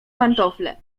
pantofle